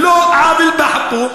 ללא עוול בכפו.